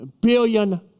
billion